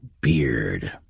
beard